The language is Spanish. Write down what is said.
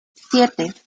siete